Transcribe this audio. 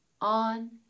on